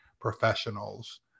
professionals